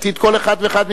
עתיד כל אחד ואחד מאתנו,